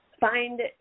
find